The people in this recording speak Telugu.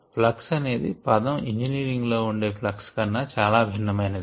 ప్లక్స్ అనే పదం ఇంజినీరింగ్ లో వాడే ప్లక్స్ కన్నా చాలా భిన్నమైనది